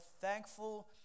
thankful